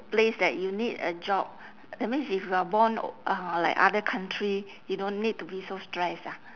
place that you need a job that means if you are born uh like other country you don't need be so stressed ah